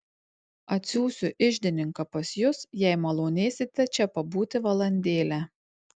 atsiųsiu iždininką pas jus jei malonėsite čia pabūti valandėlę